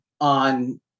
on